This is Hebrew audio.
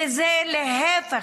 וזה להפך,